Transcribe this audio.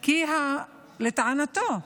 לטענתו,